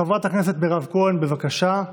חברת הכנסת מירב כהן, בבקשה,